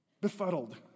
Befuddled